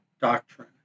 doctrine